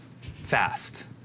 fast